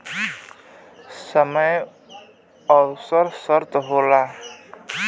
समय अउर शर्त होला